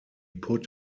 put